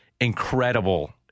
incredible